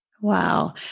Wow